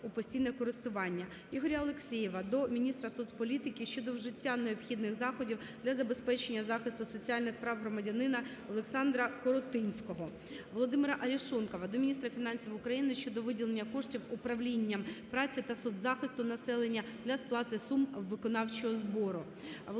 Ігоря Алексєєва до міністра соцполітики щодо вжиття необхідних заходів для забезпечення захисту соціальних прав громадянина Олександра Коротинського. Володимира Арешонкова до міністра фінансів України щодо виділення коштів управлінням праці та соціального захисту населення для сплати сум виконавчого збору.